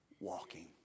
walking